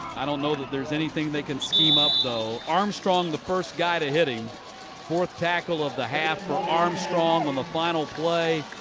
i don't know that there's anything they can scheme up, though. armstrong the first guy to hit him. the fourth tackle of the half for armstrong on the final play.